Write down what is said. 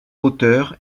hauteur